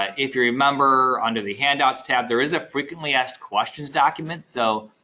ah if you remember, under the handouts tab, there is a frequently asked questions document so,